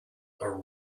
are